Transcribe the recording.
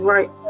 Right